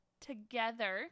together